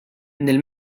nel